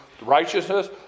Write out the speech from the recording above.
righteousness